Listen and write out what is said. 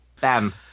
Bam